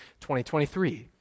2023